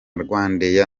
rwandair